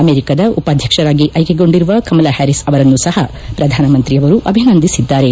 ಅಮೆರಿಕದ ಉಪಾಧ್ಯಕ್ಷರಾಗಿ ಆಯ್ಲೆಗೊಂಡಿರುವ ಕಮಲಾ ಹ್ಲಾರೀಸ್ ಅವರನ್ನು ಸಹ ಪ್ರಧಾನ ಮಂತ್ರಿ ಅವರು ಅಭಿನಂದಿಸಿದ್ದಾರೆ